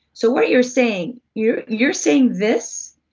so what you're saying you're you're saying this?